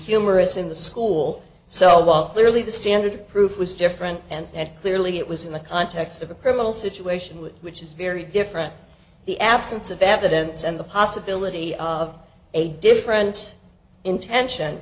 humorous in the school so while clearly the standard of proof was different and clearly it was in the context of a criminal situation which which is very different the absence of evidence and the possibility of a different intention